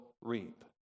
reap